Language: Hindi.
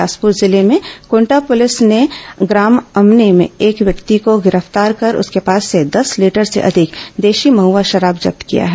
बिलासपुर जिले में कोटा पुलिस ने ग्राम अमने में एक व्यक्ति को गिरफ्तार कर उसके पास से दस लीटर से अधिक देशी महआ शराब जब्त किया है